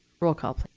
roll call.